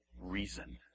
reason